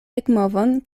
ekmovon